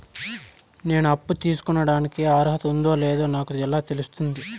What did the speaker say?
నేను అప్పు తీసుకోడానికి అర్హత ఉందో లేదో నాకు ఎలా తెలుస్తుంది?